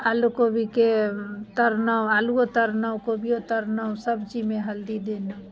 आलू कोबीके तरलहुँ आलुओ तरलहुँ कोबिओ तरलहुँ सभ चीजमे हल्दी देलहुँ